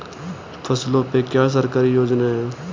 फसलों पे क्या सरकारी योजना है?